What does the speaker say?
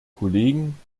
kollegen